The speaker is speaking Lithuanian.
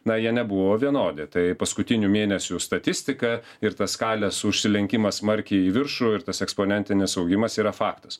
na jie nebuvo vienodi tai paskutinių mėnesių statistika ir tas skalės užsilenkimas smarkiai į viršų ir tas eksponentinis augimas yra faktas